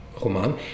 Roman